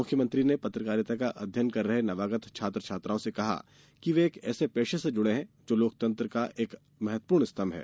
मुख्यमंत्री ने पत्रकारिता का अध्ययन कर रहे नवागत छात्र छात्राओं से कहा कि वे एक ऐसे पेशे से जुड़े हैं जो लोकतंत्र का एक महत्वपूर्ण स्तंभ है